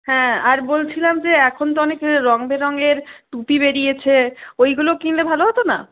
হ্যাঁ আর বলছিলাম যে এখন তো অনেক রঙ বেরঙয়ের টুপি বেরিয়েছে ওইগুলো কিনলে ভালো হতো না